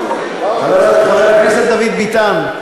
חבר הכנסת דוד ביטן,